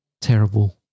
terrible